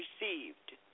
received